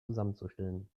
zusammenzustellen